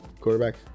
quarterback